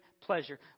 pleasure